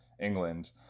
England